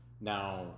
now